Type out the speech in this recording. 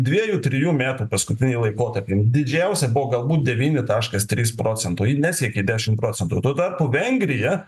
dviejų trijų metų paskutinį laikotarpį didžiausia buvo galbūt devyni taškas trys procentai ji nesiekė dešimt procentų tuo tarpu vengrija